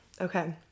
Okay